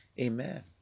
amen